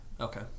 Okay